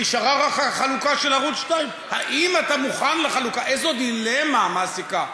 נשארה רק החלוקה של ערוץ 2. "האם אתה מוכן לחלוקה?" איזו דילמה מעסיקה.